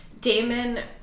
Damon